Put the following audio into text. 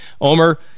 Omer